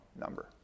number